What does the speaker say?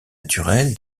naturel